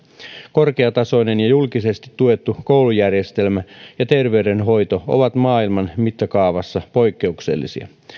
korkeatasoinen ja julkisesti tuettu koulujärjestelmä ja terveydenhoito ovat maailman mittakaavassa poikkeuksellisia